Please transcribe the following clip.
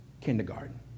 kindergarten